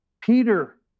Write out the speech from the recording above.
Peter